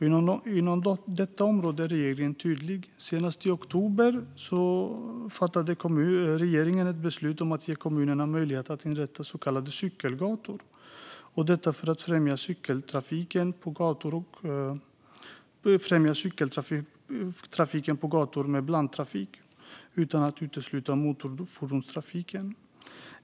Inom detta område är regeringen tydlig. Senast i oktober fattade regeringen beslut om att ge kommuner möjlighet att inrätta så kallade cykelgator - detta för att främja cykeltrafik på gator med blandtrafik utan att utesluta motorfordonstrafik.